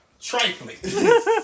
Trifling